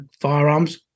firearms